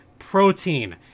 protein